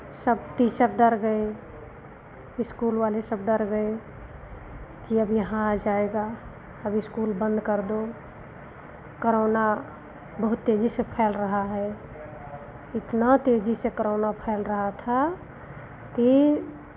सब टीचर डर गए इस्कूल वाले सब डर गए कि अब यह यहाँ आ जाएगा अब इस्कूल बंद कर दो करोना बहुत तेजी से फ़ैल रहा है इतना तेजी से करौना फ़ैल रहा था कि